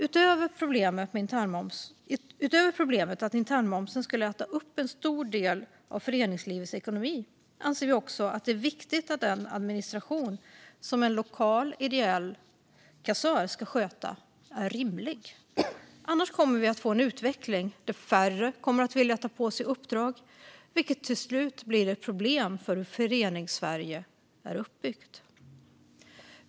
Utöver problemet att internmomsen skulle äta upp en stor del av föreningslivets ekonomi anser vi att det är viktigt att den administration som en lokal ideell kassör ska sköta är rimlig. Annars kommer vi att få en utveckling där färre kommer att vilja ta på sig uppdrag, vilket till slut blir ett problem för hur Föreningssverige är uppbyggt.